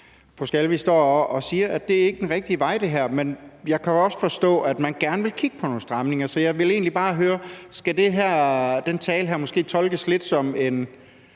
står og siger, at det her ikke er den rigtige vej. Men jeg kan jo også forstå, at man gerne vil kigge på nogle stramninger. Så jeg vil egentlig bare høre: Skal den her tale måske tolkes lidt som en